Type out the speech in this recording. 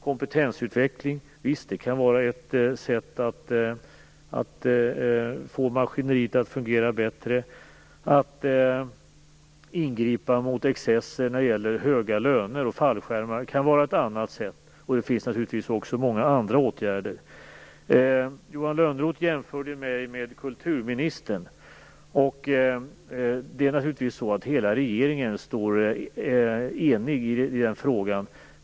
Kompetensutveckling, visst, det kan vara ett sätt att få maskineriet att fungera bättre. Att ingripa mot excesser när det gäller höga löner och fallskärmar kan vara ett annat sätt. Och det finns naturligtvis många andra åtgärder. Johan Lönnroth jämförde mig med kulturministern. Det är naturligtvis så att hela regeringen står enig i denna fråga.